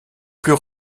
plus